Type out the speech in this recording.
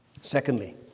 Secondly